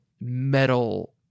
metal